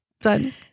Done